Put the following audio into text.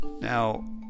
Now